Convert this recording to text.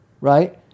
right